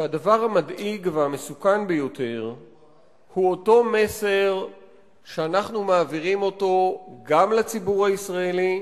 מדאיג ומסוכן המסר שאנחנו מעבירים גם לציבור הישראלי,